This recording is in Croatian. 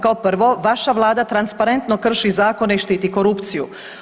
Kao prvo vaša Vlada transparentno krši zakone i štiti korupciju.